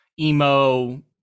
emo